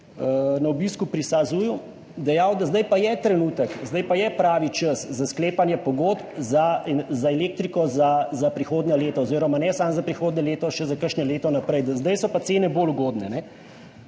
na obisku pri SAZU, dejal, da pa je zdaj trenutek oziroma pravi čas za sklepanje pogodb za elektriko za prihodnja leta oziroma ne samo za prihodnje leto, še za kakšno leto naprej, da sedaj so pa cene bolj ugodne,